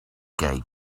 gay